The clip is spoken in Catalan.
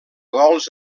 gols